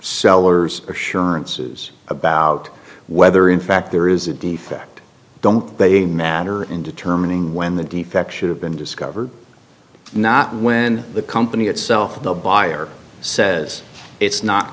seller's assurances about whether in fact there is a defect don't they matter in determining when the defects should have been discovered not when the company itself the buyer says it's not